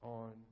on